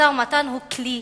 משא-ומתן הוא כלי